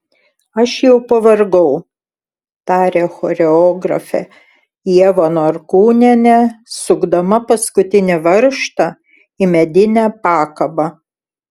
aš jau pavargau tarė choreografė ieva norkūnienė sukdama paskutinį varžtą į medinę pakabą